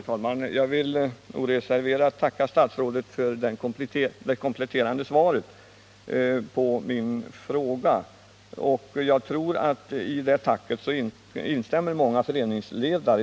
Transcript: Herr talman! Jag vill oreserverat tacka statsrådet för det kompletterande svaret på min fråga. Jag tror att många föreningsledare instämmer i det tacket.